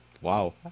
Wow